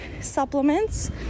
supplements